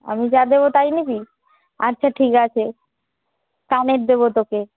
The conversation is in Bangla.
আমি যা দেবো তাই নিবি আচ্ছা ঠিক আছে কানের দেবো তোকে